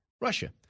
Russia